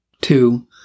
Two